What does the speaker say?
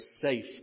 safe